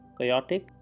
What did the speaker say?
chaotic